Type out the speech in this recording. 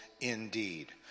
indeed